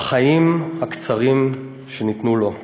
החיים הקצרים שניתנו לו".